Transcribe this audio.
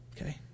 okay